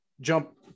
jump